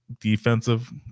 defensive